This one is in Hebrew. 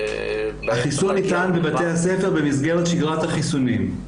החיסון ניתן בבית הספר במסגרת שגרת החיסונים.